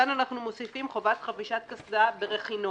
כאן אנחנו מוסיפים חובת חבישת קסדה ברכינוע.